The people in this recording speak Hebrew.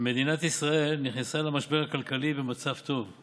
מדינת ישראל נכנסה למשבר הכלכלי במצב טוב.